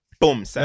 Boom